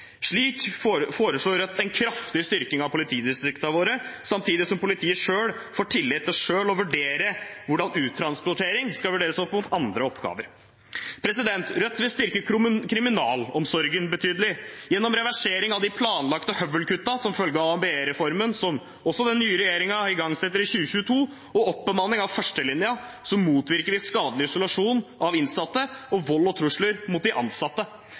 foreslår Rødt en kraftig styrking av politidistriktene våre, samtidig som politiet får tillit til selv å vurdere hvordan uttransportering skal vurderes opp mot andre oppgaver. Rødt vil styrke kriminalomsorgen betydelig. Gjennom reversering av de planlagte høvelkuttene som følge av ABE-reformen – som også den nye regjeringen igangsetter i 2022 – og oppbemanning av førstelinjen motvirker vi skadelig isolasjon av innsatte og vold og trusler mot de ansatte.